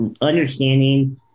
understanding